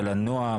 על הנועם,